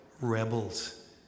rebels